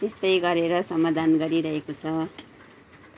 यस्तै गरेर समाधान गरिरहेको छ